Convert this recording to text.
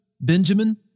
Benjamin